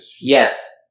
Yes